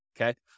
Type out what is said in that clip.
okay